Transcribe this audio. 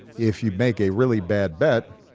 if you make a really bad bet,